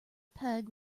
peg